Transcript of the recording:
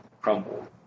crumble